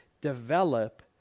develop